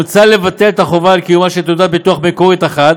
מוצע לבטל את החובה על קיומה של תעודת ביטוח מקורית אחת